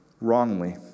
wrongly